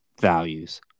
values